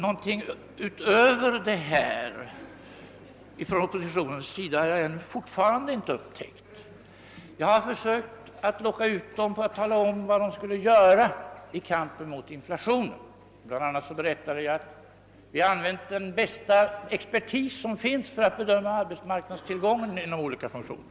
Någonting utöver detta ifrån oppositionens sida har jag fortfarande inte upptäckt. Jag har försökt locka ur den att tala om vad den skulle göra i kampanjen mot inflationen. Jag berättade att vi använt den bästa expertis som finns för att bedöma arbetsmarknadstillgången på olika områden.